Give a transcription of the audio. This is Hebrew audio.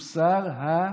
הוא שר הביטחון.